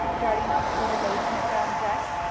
darting off toward a lady in a brown dress.